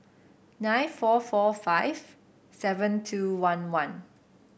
nine four four five seven two one one